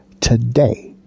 today